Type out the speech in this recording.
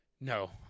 no